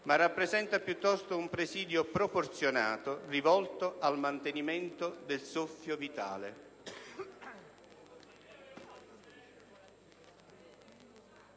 ma rappresenta piuttosto un presidio proporzionato rivolto al mantenimento del soffio vitale».